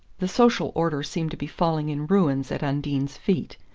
the social order seemed to be falling in ruins at undine's feet.